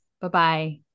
Bye-bye